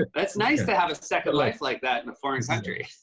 that's nice to have a second life like that in a foreign country.